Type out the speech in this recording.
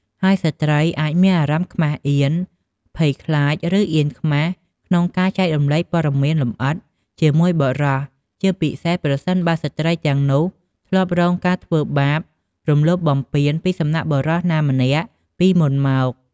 ហើយស្ត្រីអាចមានអារម្មណ៍ខ្មាសអៀន ភ័យខ្លាច ឬអៀនខ្មាស់ក្នុងការចែករំលែកព័ត៌មានលម្អិតជាមួយបុរស ជាពិសេសប្រសិនបើស្ត្រីទាំងនោះធ្លាប់រងការធ្វើបាប អំលោភបំពានពីសំណាក់បុរសណាម្នាក់ពីមុនមក។